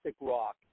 rock